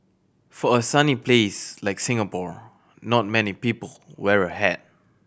for a sunny place like Singapore not many people wear a hat